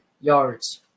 yards